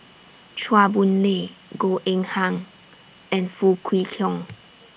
Chua Boon Lay Goh Eng Han and Foo Kwee Horng